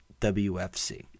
WFC